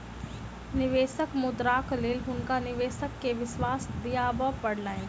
निवेशक मुद्राक लेल हुनका निवेशक के विश्वास दिआबय पड़लैन